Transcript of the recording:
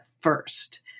first